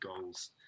goals